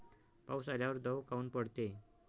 पाऊस आल्यावर दव काऊन पडते?